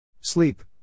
sleep